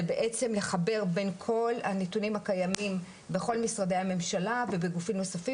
זה בעצם לחבר בין כל הנתונים הקיימים בכל משרדי הממשלה ובגופים נוספים,